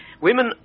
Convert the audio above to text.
Women